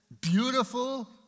beautiful